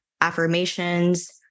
affirmations